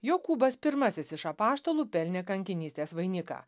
jokūbas pirmasis iš apaštalų pelnė kankinystės vainiką